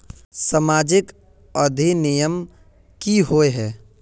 सामाजिक अधिनियम की होय है?